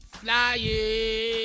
Flying